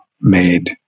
made